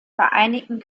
vereinigten